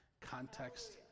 Context